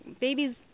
babies